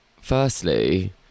firstly